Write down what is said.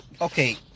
okay